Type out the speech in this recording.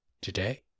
today